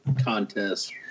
contest